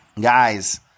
Guys